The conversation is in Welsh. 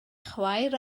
chwaer